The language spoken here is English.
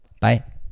Bye